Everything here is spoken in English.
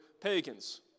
pagans